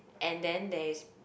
and then they